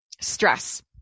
stress